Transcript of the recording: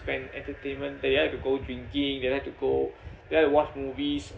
when entertainment they like to go drinking they like to go there to watch movies